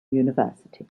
university